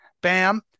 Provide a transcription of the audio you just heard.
Bam